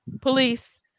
police